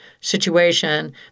situation